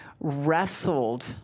wrestled